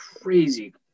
crazy